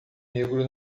negro